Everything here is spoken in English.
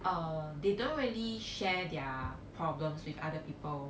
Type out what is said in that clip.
uh they don't really share their problems with other people